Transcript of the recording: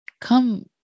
come